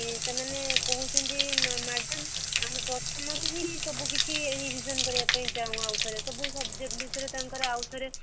ଏ ସେମାନେ କହୁଛନ୍ତି ମ୍ୟାଡ଼ାମ୍ ଆମେ ପ୍ରଥମରୁ ହିଁ ସବୁକିଛି ରିଭିଜନ୍ କରିବାପାଇଁ ଚାହୁଁ ଆଉଥରେ ସବୁ ସବଜେକ୍ଟ ବିଷୟରେ ତାଙ୍କର ଆଉଥରେ